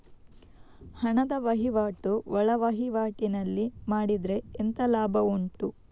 ಹಣದ ವಹಿವಾಟು ಒಳವಹಿವಾಟಿನಲ್ಲಿ ಮಾಡಿದ್ರೆ ಎಂತ ಲಾಭ ಉಂಟು?